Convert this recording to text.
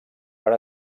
per